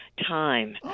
time